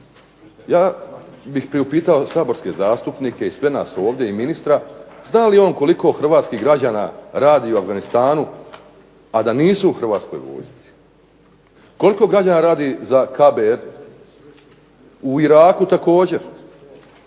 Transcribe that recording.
ja bih priupitao saborske zastupnike i sve nas ovdje, i ministra, zna li on koliko Hrvatskih građana radi u Afganistanu a da nisu u Hrvatskoj vojsci. Koliko građana radi za KBR u Iraku također.